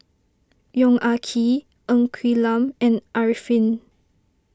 Yong Ah Kee Ng Quee Lam and Arifin